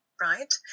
Right